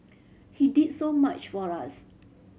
he did so much for us